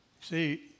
See